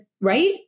right